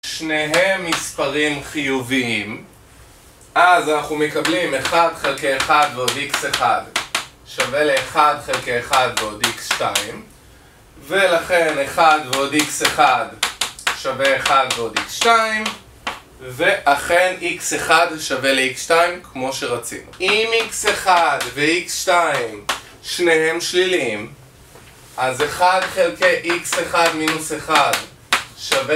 כששניהם מספרים חיוביים, אז אנחנו מקבלים 1 חלקי 1 ועוד x1 שווה ל-1 חלקי 1 ועוד x2 ולכן 1 ועוד x1 שווה 1 ועוד x2, ואכן x1 שווה ל-x2 כמו שרצינו. אם x1 וx2 שניהם שלילים, אז 1 חלקי x1 מינוס 1 שווה...